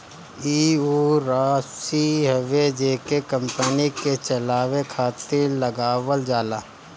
ई ऊ राशी हवे जेके कंपनी के चलावे खातिर लगावल जाला